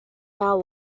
now